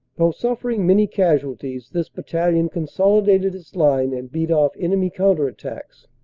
though suffering many casualties, this battalion consolidated its line and beat off enemy counter-at tacks.